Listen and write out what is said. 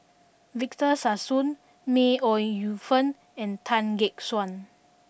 Victor Sassoon May Ooi Yu Fen and Tan Gek Suan